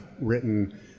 written